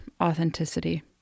authenticity